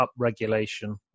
upregulation